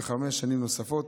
בחמש שנים נוספות,